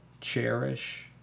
cherish